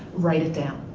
write it down.